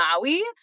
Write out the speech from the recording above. Maui